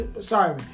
Sorry